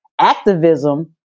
activism